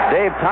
Dave